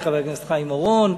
חבר הכנסת חיים אורון,